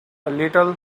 little